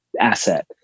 asset